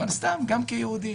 גם סתם כיהודים,